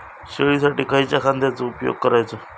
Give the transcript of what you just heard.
शेळीसाठी खयच्या खाद्यांचो उपयोग करायचो?